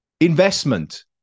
investment